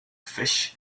fish